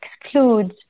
excludes